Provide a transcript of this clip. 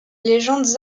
légendes